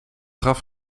gaf